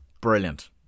brilliant